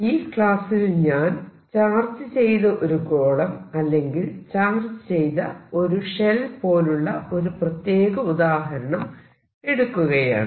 ഈ ക്ലാസ്സിൽ ഞാൻ ചാർജ് ചെയ്ത ഒരു ഗോളം അല്ലെങ്കിൽ ചാർജ് ചെയ്ത ഒരു ഷെൽ പോലുള്ള ഒരു പ്രത്യേക ഉദാഹരണം എടുക്കുകയാണ്